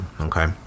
Okay